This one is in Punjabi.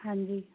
ਹਾਂਜੀ